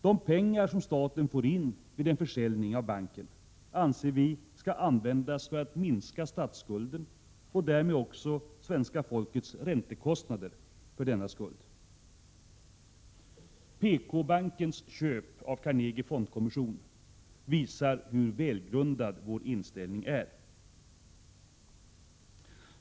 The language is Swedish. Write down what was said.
De pengar som staten får in vid en försäljning av banken anser vi skall användas för att minska statsskulden och därmed också svenska folkets räntekostnader för denna skuld. PKbankens köp av Carnegie Fondkommission visar hur välgrundad vår inställning är.